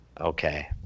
Okay